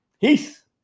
Peace